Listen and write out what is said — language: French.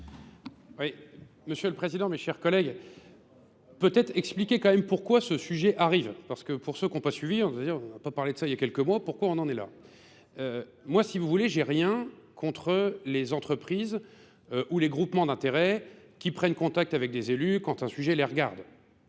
monsieur le Président, mes chers collègues, peut-être expliquer quand même pourquoi ce sujet arrive. Parce que pour ceux qui n'ont pas suivi, on n'a pas parlé de ça il y a quelques mois, pourquoi on en est là ? Moi, si vous voulez, j'ai rien contre les entreprises ou les groupements d'intérêt qui prennent contact avec des élus quand un sujet les regarde.